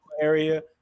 area